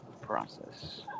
process